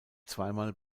zweimal